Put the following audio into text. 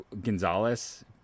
Gonzalez